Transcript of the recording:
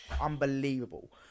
unbelievable